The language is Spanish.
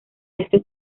estos